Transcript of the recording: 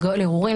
להורים,